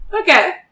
Okay